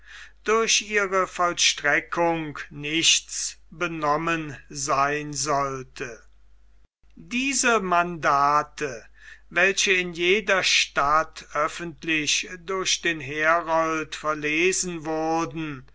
durch ihre vollstreckung nichts benommen sein sollte diese mandate welche in jeder stadt öffentlich durch den herold verlesen wurden